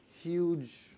huge